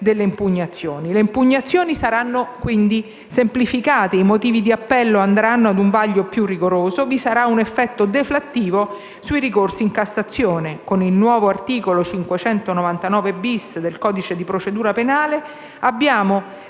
Le impugnazioni saranno quindi semplificate, i motivi di appello andranno ad un vaglio più rigoroso e vi sarà un effetto deflattivo sui ricorsi in Cassazione. Con il nuovo articolo 599-*bis* del codice di procedura penale abbiamo